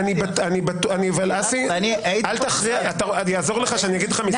אני אתן לך מסגרת זמן?